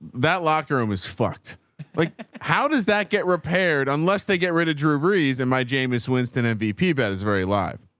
that locker room is fucked. like how does that get repaired? unless they get rid of drew brees and my jamis winston mvp bed is very live.